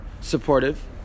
supportive